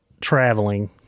traveling